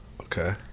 Okay